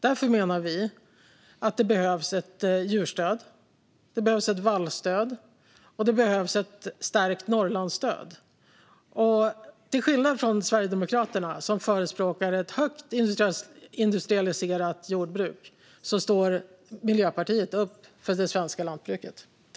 Därför menar vi att det behövs ett djurstöd, ett vallstöd och ett stärkt Norrlandsstöd. Till skillnad från Sverigedemokraterna, som förespråkar ett högt industrialiserat jordbruk, står Miljöpartiet upp för det svenska lantbruket.